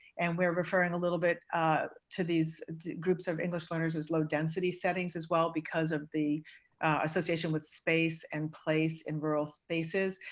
and we're referring a little bit to these groups of english learners as low density settings as well because of the association with space and place in rural spaces.